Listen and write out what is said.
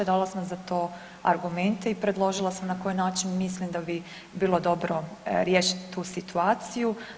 Dala sam za to argumente i predložila sam na koji način mislim da bi bilo dobro riješiti tu situaciju.